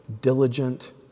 diligent